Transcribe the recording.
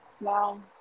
wow